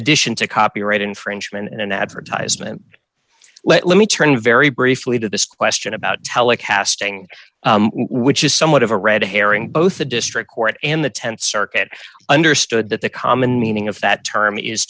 addition to copyright infringement and advertisement let me turn very briefly to this question about telecasting which is somewhat of a red herring both the district court and the th circuit understood that the common meaning of that term is